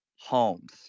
Homes